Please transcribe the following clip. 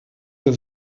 der